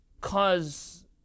cause